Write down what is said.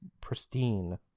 pristine